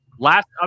Last